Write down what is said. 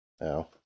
no